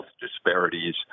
disparities